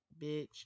bitch